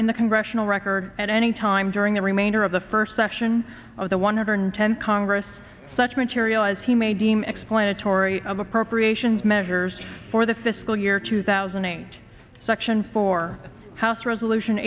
in the congressional record at any time during the remainder of the first session of the one hundred tenth congress such material as he may deem explanatory of appropriations measures for the fiscal year two thousand and eight section for house resolution